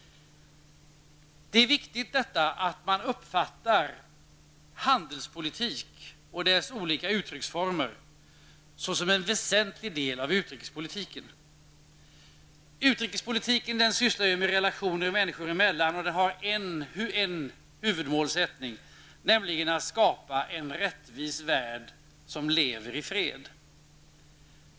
Det är viktigt att man uppfattar handelspolitiken och dess olika uttrycksformer som en väsentlig del av utrikespolitiken. Utrikespolitiken syftar ju på relationer mellan människor, och den har en huvudmålsättning, nämligen att skapa en rättvis värld som lever i fred.